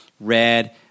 red